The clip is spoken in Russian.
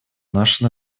нашу